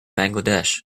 bangladesh